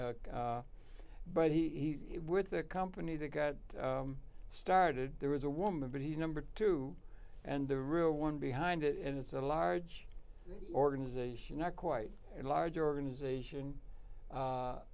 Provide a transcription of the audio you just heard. commute but he with the company that got started there was a woman but he's number two and the real one behind it and it's a large organization not quite a large organization